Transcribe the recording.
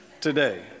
today